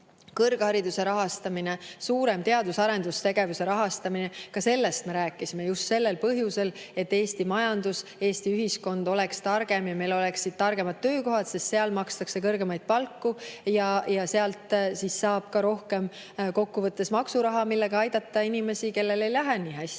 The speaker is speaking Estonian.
kõrghariduse rahastamine, suurem teadus‑ ja arendustegevuse rahastamine [vajavad raha]. Ka sellest me rääkisime just sellel põhjusel, et Eesti majandus, Eesti ühiskond oleks targem ja et meil oleksid targemad töökohad, sest seal makstakse kõrgemaid palku ja sealt siis saab ka rohkem maksuraha, millega aidata inimesi, kellel ei lähe nii